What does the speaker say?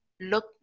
look